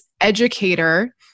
educator